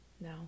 No